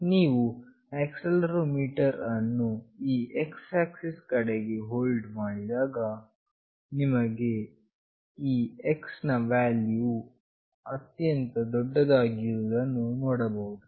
ನೀವು ಆಕ್ಸೆಲೆರೋಮೀಟರ್ ಅನ್ನು ಈ X ಆಕ್ಸಿಸ್ ನ ಕಡೆಗೆ ಹೋಲ್ಡ್ ಮಾಡಿದಾಗ ಆಗ ನಿಮಗೆ ಈ X ನ ವ್ಯಾಲ್ಯೂ ವು ಗರಿಷ್ಠವಾಗಿರುವುದನ್ನು ನೋಡಬಹುದು